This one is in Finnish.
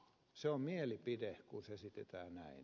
se on mielipide kun se esitetään näin